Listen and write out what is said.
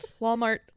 Walmart